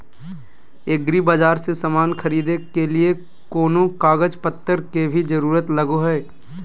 एग्रीबाजार से समान खरीदे के लिए कोनो कागज पतर के भी जरूरत लगो है?